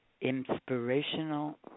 Inspirational